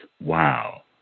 wow